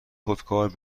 خودکار